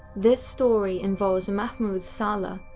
this story involves mahmoud saleh,